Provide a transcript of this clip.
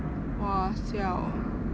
!wah! siao